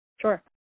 Sure